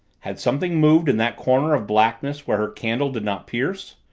had something moved in that corner of blackness where her candle did not pierce?